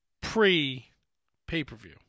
pre-pay-per-view